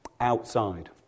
outside